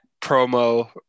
promo